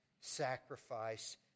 sacrifice